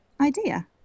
idea